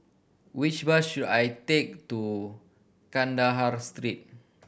which bus should I take to Kandahar Street